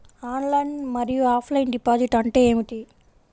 Online మరియు offline deposit అంటే ఏమిటి?